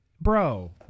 Bro